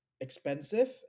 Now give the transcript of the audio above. expensive